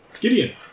Gideon